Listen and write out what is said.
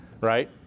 right